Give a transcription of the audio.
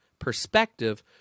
perspective